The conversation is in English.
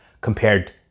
compared